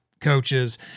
coaches